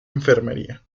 enfermería